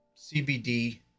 CBD